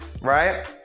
Right